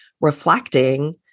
reflecting